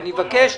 אני מבקש,